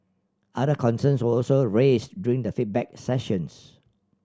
other concerns were also raised during the feedback sessions